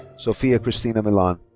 sophia cristina millan.